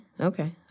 Okay